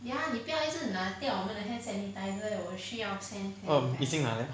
um 已经拿 liao